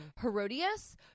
Herodias